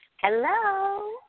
Hello